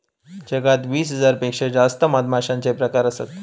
जगात वीस हजार पेक्षा जास्त मधमाश्यांचे प्रकार असत